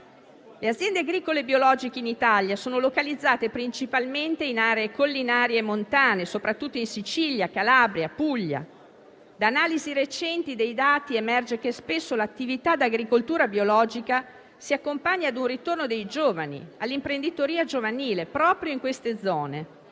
Le aziende agricole biologiche in Italia sono localizzate principalmente in aree collinari e montane, soprattutto in Sicilia, Calabria, Puglia. Da analisi recenti dei dati, emerge che spesso l'attività da agricoltura biologica si accompagna a un ritorno dei giovani all'imprenditoria giovanile proprio in quelle zone;